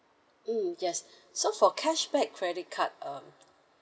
mm yes so for cashback credit card um